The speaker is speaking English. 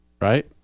right